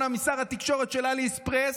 בברצלונה, שר התקשורת של עלי אקספרס.